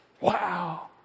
Wow